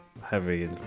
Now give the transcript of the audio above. Heavy